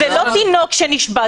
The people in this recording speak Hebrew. זה לא תינוק שנשבה.